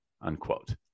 unquote